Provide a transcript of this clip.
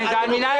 על מינהל